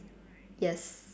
yes